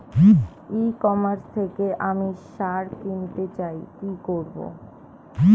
ই commerce থেকে আমি সার কিনতে চাই কি করব?